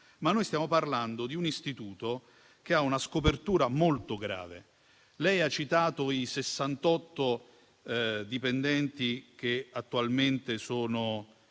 Italia. Stiamo parlando di un istituto che ha una scopertura molto grave. Lei ha citato i 68 dipendenti che attualmente sono